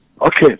Okay